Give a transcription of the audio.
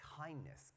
kindness